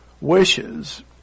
wishes